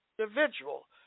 individual